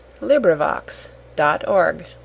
LibriVox.org